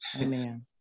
Amen